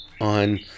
on